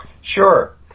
Sure